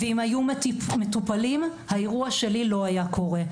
ואם היו מטופלים, האירוע שלי לא היה קורה.